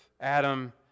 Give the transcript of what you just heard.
Adam